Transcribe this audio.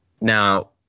Now